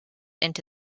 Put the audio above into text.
into